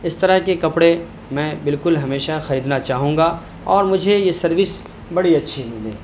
اس طرح کے کپڑے میں بالکل ہمیشہ خریدنا چاہوں گا اور مجھے یہ سروس بڑی اچھی ملی